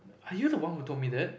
are you the one who told me that